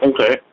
Okay